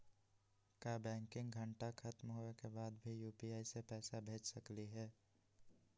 का बैंकिंग घंटा खत्म होवे के बाद भी यू.पी.आई से पैसा भेज सकली हे?